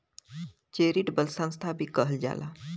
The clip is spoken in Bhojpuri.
चेरिटबल संस्था भी कहल जाला